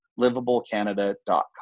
livablecanada.com